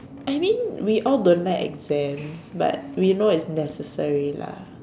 I mean we all don't like exams but we know it's necessary lah